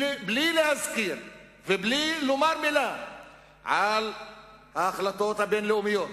בלי להזכיר ובלי לומר מלה על ההחלטות הבין-לאומיות,